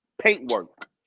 paintwork